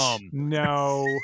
no